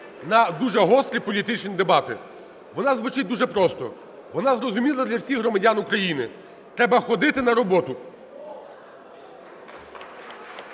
на дуже гострі політичні дебати, вона звучить дуже просто, вона зрозуміла для всіх громадян України – треба ходити на роботу.